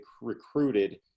recruited